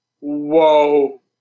Whoa